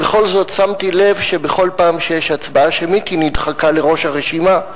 ובכל זאת שמתי לב שבכל פעם שיש הצבעה שמית היא נדחקה לראש הרשימה.